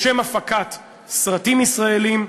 לשם הפקת סרטים ישראליים,